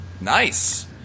Nice